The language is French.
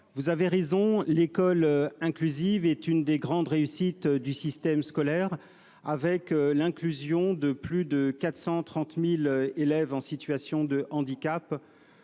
vous avez raison, l'école inclusive est l'une des grandes réussites du système scolaire, avec l'inclusion de plus de 430 000 élèves en situation de handicap